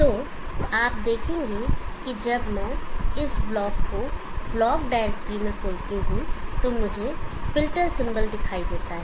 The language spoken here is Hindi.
तो आप देखेंगे कि जब मैं इस ब्लॉक को ब्लॉक डायरेक्टरी में खोलता हूं तो मुझे फ़िल्टर सिंबल दिखाई देता है